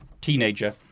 teenager